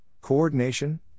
coordination